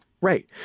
Right